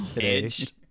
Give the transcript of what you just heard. edged